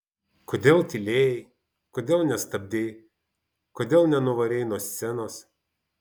kodėl tylėjai kodėl nestabdei kodėl nenuvarei nuo scenos